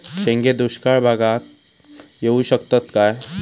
शेंगे दुष्काळ भागाक येऊ शकतत काय?